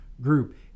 group